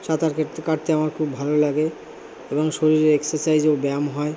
সাঁতার কেটতে কাটতে আমার খুব ভালো লাগে এবং শরীরে এক্সেসাইজ ও ব্যায়াম হয়